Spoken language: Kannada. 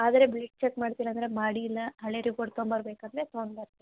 ಆದರೆ ಚೆಕ್ ಮಾಡ್ತೀರಂದ್ರೆ ಮಾಡಿ ಇಲ್ಲ ಹಳೆ ರಿಪೋರ್ಟ್ ತಗೊಂಬರ್ಬೇಕಂದ್ರೆ ತಗೊಂಬರ್ತೀವಿ